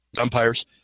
umpires